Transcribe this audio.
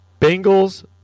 Bengals